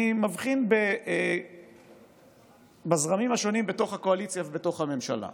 אני מבחין בזרמים השונים בתוך הקואליציה ובתוך הממשלה.